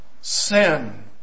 sin